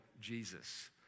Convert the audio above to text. Jesus